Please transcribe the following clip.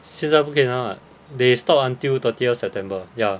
现在不可以拿 [what] they stopped until thirtieth september ya